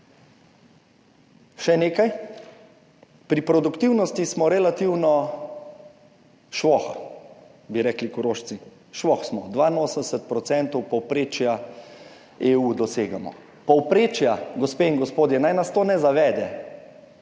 Še nekaj, pri produktivnosti smo relativno "švoh", bi rekli Korošci, "švoh" smo, 82 % povprečja EU, dosegamo povprečja, gospe in gospodje, naj nas to ne zavede,